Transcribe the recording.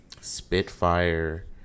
Spitfire